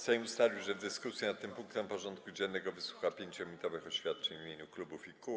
Sejm ustalił, że w dyskusji nad tym punktem porządku dziennego wysłucha 5-minutowych oświadczeń w imieniu klubów i kół.